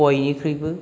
बयनिख्रुइबो